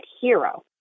Hero